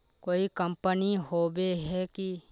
कोई कंपनी होबे है की?